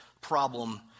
problem